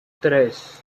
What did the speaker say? tres